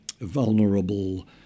vulnerable